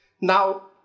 Now